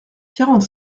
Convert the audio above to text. quarante